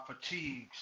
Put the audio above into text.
fatigues